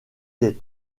des